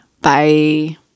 bye